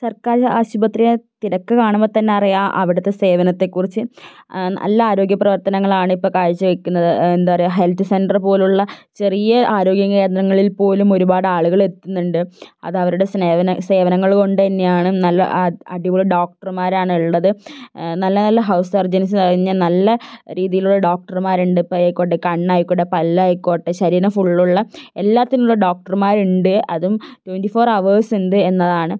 സർക്കാർ ആശുപത്രിയിലെ തിരക്ക് കാണുമ്പോൾ തന്നെ അറിയാം അവിടുത്തെ സേവനത്തെക്കുറിച്ച് നല്ല ആരോഗ്യ പ്രവർത്തനങ്ങളാണ് ഇപ്പോൾ കാഴ്ച്ച വയ്ക്കുന്നത് എന്താ പറയുക ഹെൽത്ത് സെൻ്ററ് പോലുള്ള ചെറിയ ആരോഗ്യ കേന്ദ്രങ്ങളിൽപ്പോലും ഒരുപാട് ആളുകളെത്തുന്നുണ്ട് അതവരുടെ സേവനങ്ങൾ കൊണ്ടുതന്നെയാണ് നല്ല ആ അടിപൊളി ഡോക്ട്ർമാരാണുള്ളത് നല്ല നല്ല ഹൗസ് സർജൻസി കഴിഞ്ഞ നല്ല രീതിയിലുള്ള ഡോക്ടർമാരുണ്ട് ഇപ്പോൾ ആയിക്കോട്ടെ കണ്ണ് ആയിക്കോട്ടെ പല്ലായിക്കോട്ടെ ശരീരം ഫുള്ളുള്ള എല്ലാത്തിനുള്ള ഡോക്ടർമാരുണ്ട് അതും ട്വൻ്റി ഫോർ അവേഴ്സുണ്ട് എന്നതാണ്